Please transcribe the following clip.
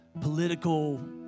political